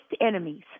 enemies